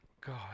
God